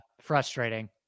Frustrating